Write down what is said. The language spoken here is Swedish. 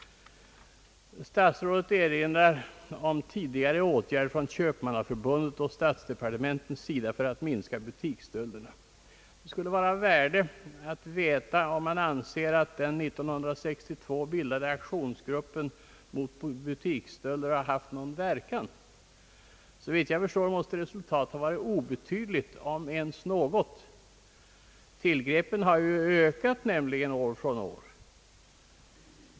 Statsrådet erinrar om tidigare åtgärder från köpmannaförbundets och statsdepartementens sida för att minska butiksstölderna. Det skulle vara av värde att veta om han anser att den 1962 bildade »Aktionsgruppen mot butiksstölder» haft någon verkan. Såvitt jag förstår måste resultatet ha varit obetydligt, om ens något. Tillgreppen har nämligen ökat år från år.